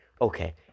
Okay